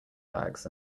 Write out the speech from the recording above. bags